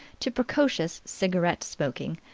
to precocious cigarette smoking,